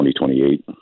2028